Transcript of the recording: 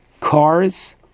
cars